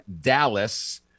Dallas